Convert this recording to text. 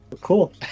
Cool